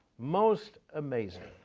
most amazing.